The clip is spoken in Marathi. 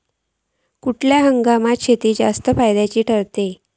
खयल्या हंगामातली शेती जास्त फायद्याची ठरता?